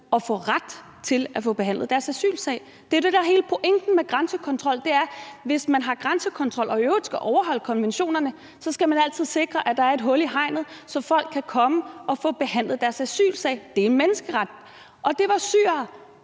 og få ret til at få behandlet deres asylsag. Det er jo det, der er hele pointen med en grænsekontrol, altså at man, hvis man har en grænsekontrol og man i øvrigt skal overholde konventionerne, så altid skal sikre, at der er et hul i hegnet, så folk kan komme og få behandlet deres asylsag. Det er en menneskeret, og det var syrere,